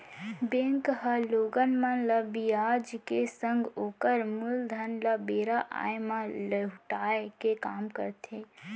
bank ह लोगन मन ल बियाज के संग ओकर मूलधन ल बेरा आय म लहुटाय के काम करथे